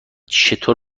چطور